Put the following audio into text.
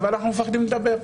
אבל אנחנו מפחדים לדבר.